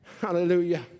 Hallelujah